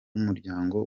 umuryango